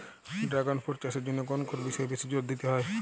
Dragon fruit চাষের জন্য কোন কোন বিষয়ে বেশি জোর দিতে হয়?